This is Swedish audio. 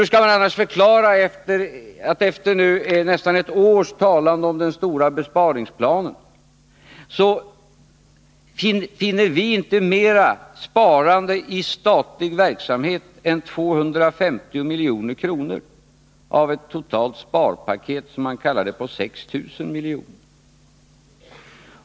Hur skall man annars förklara, efter nästan ett års tal om den stora besparingsplanen, att vi inte finner mer sparande i statlig verksamhet än 250 milj.kr. av ett totalt sparpaket, som man kallar det, på 6 000 milj.kr.?